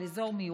על אזור מיוחד,